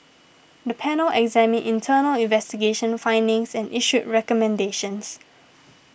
the panel examined internal investigation findings and issued recommendations